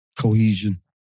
Cohesion